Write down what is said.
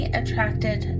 attracted